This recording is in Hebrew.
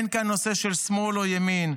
אין כאן נושא של שמאל או ימין,